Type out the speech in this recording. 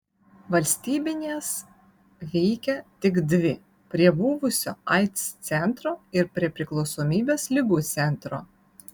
valstybinės veikė tik dvi prie buvusio aids centro ir prie priklausomybės ligų centro